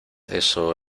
eso